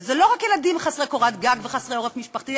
זה לא רק ילדים חסרי קורת גג וחסרי עורף משפחתי,